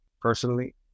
personally